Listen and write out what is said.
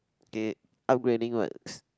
okay upgrading works